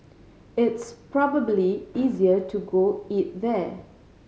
it's probably easier to go eat there